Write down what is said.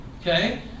okay